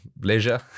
leisure